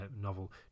novel